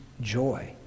joy